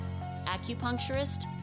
acupuncturist